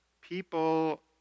People